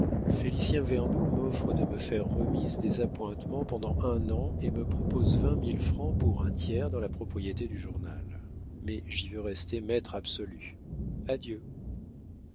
félicien vernou m'offre de me faire remise des appointements pendant un an et me propose vingt mille francs pour un tiers dans la propriété du journal mais j'y veux rester maître absolu adieu